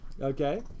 Okay